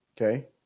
Okay